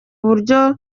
buryo